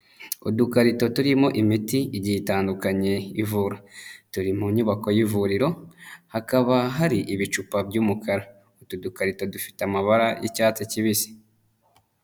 Udukarito turimo imiti igihe itandukanye ivura, turi mu nyubako y'ivuriro hakaba hari ibicupa by'umukara. Utu dukarito dufite amabara y'icyatsi kibisi.